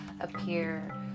appear